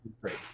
great